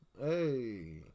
Hey